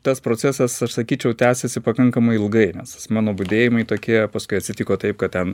tas procesas aš sakyčiau tęsėsi pakankamai ilgai nes tas mano budėjimai tokie paskui atsitiko taip kad ten